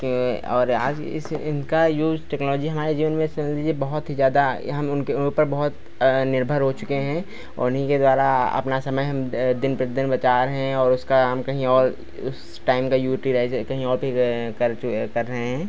के और आज इस इनका यूज टेक्नोलोजी हमारे जीवन में समझ लीजिए बहुत ही ज़्यादा या हम उनके ऊपर बहुत निर्भर हो चुके हैं उन्हीं के द्वारा अपना समय हम दिन प्रतिदिन बचा रहे हैं और उसका हम कहीं और उस टाइम का यूटीलाईज कहीं और फिर कर चु कर रहे हैं